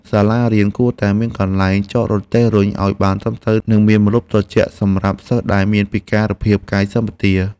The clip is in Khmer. សាលារៀនគួរតែមានកន្លែងចតរទេះរុញឱ្យបានត្រឹមត្រូវ និងមានម្លប់ត្រជាក់សម្រាប់សិស្សដែលមានពិការភាពកាយសម្បទា។